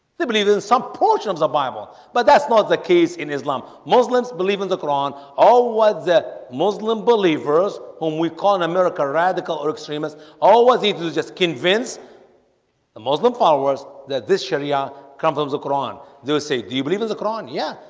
they believe in some portions of bible, but that's not the case in islam muslims believe in the quran oh was that muslim believers whom we call an american radical or extremist always. he's just convinced the muslim followers that this sharia come from the quran they say do you believe in the quran? yeah,